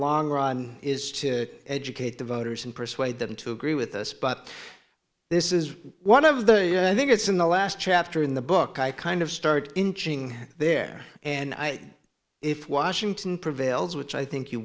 long run is to educate the voters and persuade them to agree with us but this is one of the yeah i think it's in the last chapter in the book i kind of start inching there and i if washington prevails which i think you